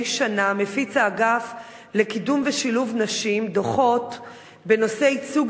שנה מפיץ האגף לקידום ושילוב נשים דוחות בנושא ייצוג